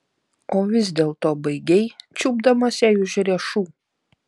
o vis dėlto baigei čiupdamas jai už riešų